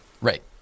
Right